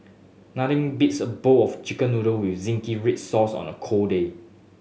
nothing beats a bowl of Chicken Noodle with zingy red sauce on a cold day